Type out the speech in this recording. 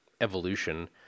evolution